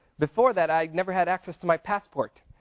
before that, i'd never had access to my passport.